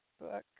book